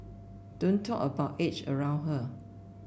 don't talk about age around her